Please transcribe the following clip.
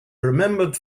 remembered